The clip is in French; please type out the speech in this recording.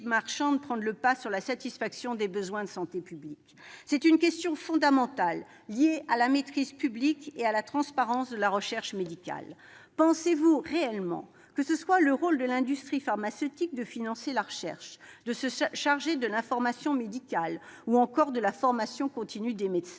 marchande prendre le pas sur la satisfaction des besoins de santé publique. C'est une question fondamentale liée à la maîtrise publique et à la transparence de la recherche médicale. Pensez-vous réellement que ce soit le rôle de l'industrie pharmaceutique de financer la recherche, de se charger de l'information médicale ou encore de la formation continue des médecins ?